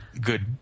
good